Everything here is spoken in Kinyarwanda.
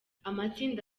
amatsinda